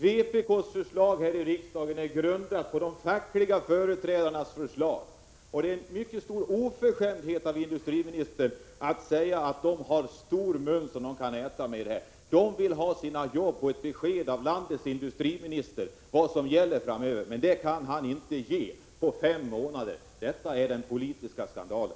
Vpk:s förslag här i riksdagen är grundat på de fackliga företrädarnas förslag. Det är en mycket stor oförskämdhet av industriministern att säga att de har stor mun som de kan äta med. De vill ha sina jobb och ett besked av landets industriminister om vad som gäller framöver. Men det beskedet kan industriministern inte ge på fem månader. Detta är den politiska skandalen.